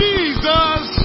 Jesus